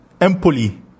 Empoli